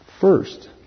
first